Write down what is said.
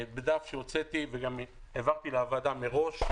בדף שהוצאתי והעברתי לוועדה מראש.